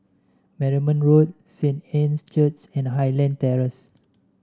Marymount Road Saint Anne's Church and Highland Terrace